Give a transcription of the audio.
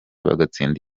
bagatsinda